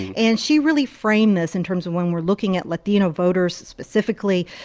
and she really framed this in terms of when we're looking at latino voters specifically,